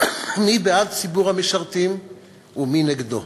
מי בעד ציבור המשרתים ומי נגדו.